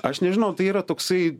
aš nežinau tai yra toksai